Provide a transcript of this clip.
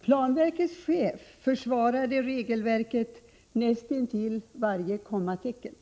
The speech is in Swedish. Planverkets chef försvarade regelverket näst intill varje kommatecken.